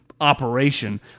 operation